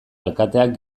alkateak